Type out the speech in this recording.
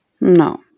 No